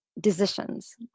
decisions